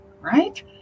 right